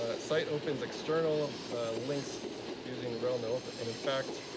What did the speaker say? ah site opens external links using rel noopen and in fact,